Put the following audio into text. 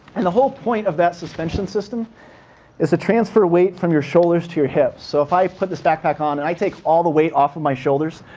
and the whole point of that suspension system is to transfer weight from your shoulders to your hips. so if i put this backpack on and i take all the weight off of my shoulders,